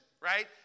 right